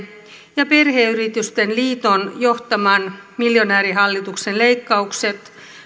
ja perheyritysten liiton johtaman miljonäärihallituksen leikkaukset